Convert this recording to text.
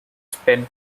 spent